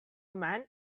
man